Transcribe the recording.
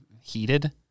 heated